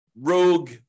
rogue